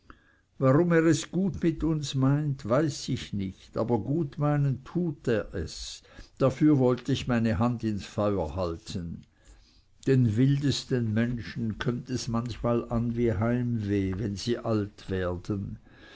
warum er es gut meint weiß ich nicht aber gut meinen tut er es dafür wollte ich meine hand ins feuer halten den wildesten menschen kömmt es manchmal an wie heimweh wenn sie alt werden